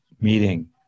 meeting